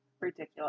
ridiculous